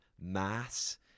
mass